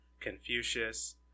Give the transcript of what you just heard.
Confucius